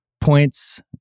points